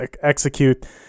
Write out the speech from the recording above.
execute